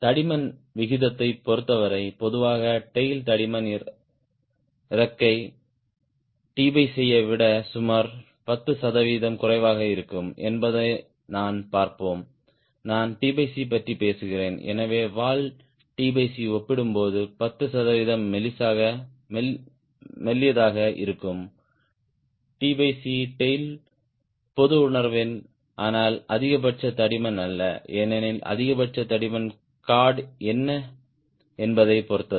தடிமன் விகிதத்தைப் பொருத்தவரை பொதுவாக டேய்ல் தடிமன் இறக்கை ஐ விட சுமார் 10 சதவீதம் குறைவாக இருக்கும் என்பதை நான் பார்ப்போம் நான் பற்றி பேசுகிறேன் எனவே வால் ஒப்பிடும்போது 10 சதவீதம் மெல்லியதாக இருக்கும் டேய்ல் பொது உணர்வின் ஆனால் அதிகபட்ச தடிமன் அல்ல ஏனெனில் அதிகபட்ச தடிமன் கார்ட் என்ன என்பதைப் பொறுத்தது